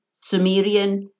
Sumerian